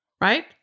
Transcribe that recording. right